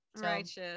Righteous